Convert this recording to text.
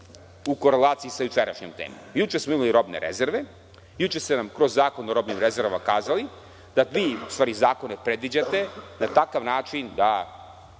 u korelaciji sa jučerašnjom temom. Juče smo imali robne rezerve, juče ste nam kroz Zakon o robnim rezervama kazali da vi zakone predviđate na takav način da